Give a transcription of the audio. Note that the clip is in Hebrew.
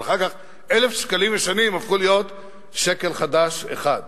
אבל אחר כך 1,000 שקלים ישנים הפכו להיות שקל חדש אחד,